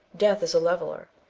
death is a leveller,